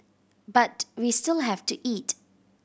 but we still have to eat